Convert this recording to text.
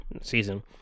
season